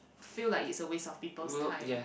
feel like is a waste of people's time